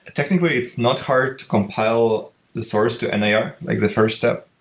technically, it's not hard to compile the source to and nir, like the first step.